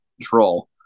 control